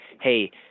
Hey